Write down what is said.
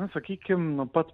sakykim nuo pat